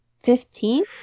Fifteen